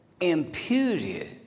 imputed